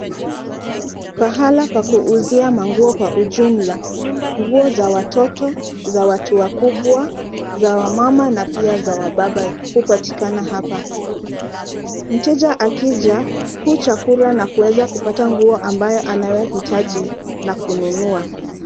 Pahali pa kuuzia nguo kwa ujumla. Nguo za watoto, za watu wakubwa, za wamama na pia za wababa hupatikana hapa. Mteja akija, huchakura na kuweza kupata nguo ambayo anayo hitaji na kununua.